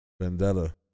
Vendetta